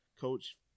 coach